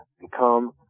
become